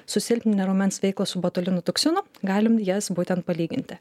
susilpninę raumens veiklą su botulino toksinu galime jas būtent palyginti